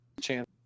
chance